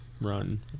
run